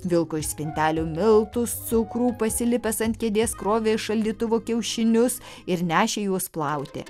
vilko iš spintelių miltus cukrų pasilipęs ant kėdės krovė iš šaldytuvo kiaušinius ir nešė juos plauti